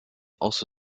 also